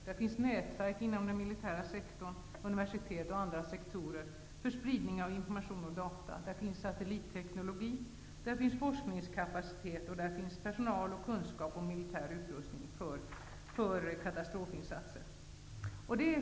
Det finns nätverk inom den militära sektorn samt inom universitet och andra sektorer som kan sprida information och data. Det finns satellitteknologi, forskningskapacitet, personal, kunskap och militär utrustning för katastrofinsatser.